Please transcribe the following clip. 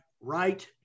right